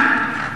אבל,